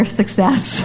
success